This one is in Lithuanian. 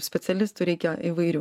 specialistų reikia įvairių